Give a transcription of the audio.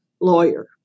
lawyer